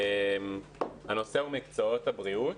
הנושא הוא: מקצועות הבריאות.